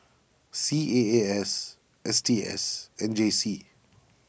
C A A S S T S and J C